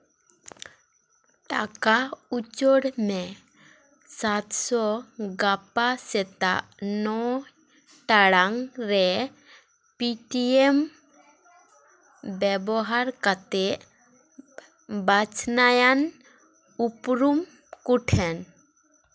ᱴᱟᱠᱟ ᱩᱪᱟᱹᱲ ᱢᱮ ᱥᱟᱛᱥᱚ ᱜᱟᱯᱟ ᱥᱮᱛᱟᱜ ᱱᱚ ᱴᱟᱲᱟᱝ ᱨᱮ ᱯᱤᱴᱤᱭᱮᱢ ᱵᱮᱵᱚᱦᱟᱨ ᱠᱟᱛᱮ ᱵᱟᱪᱷᱱᱟᱭᱟᱱ ᱩᱯᱨᱩᱢ ᱠᱚ ᱴᱷᱮᱱ